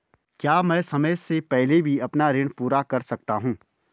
क्या मैं समय से पहले भी अपना ऋण पूरा कर सकता हूँ?